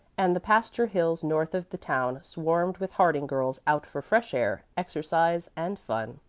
and the pasture hills north of the town swarmed with harding girls out for fresh air, exercise and fun.